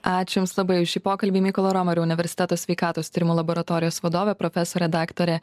ačiū jums labai už šį pokalbį mykolo romerio universiteto sveikatos tyrimų laboratorijos vadovė profesorė daktarė